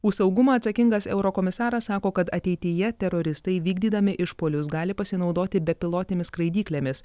už saugumą atsakingas eurokomisaras sako kad ateityje teroristai vykdydami išpuolius gali pasinaudoti bepilotėmis skraidyklėmis